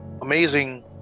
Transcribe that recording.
amazing